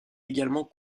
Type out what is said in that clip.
également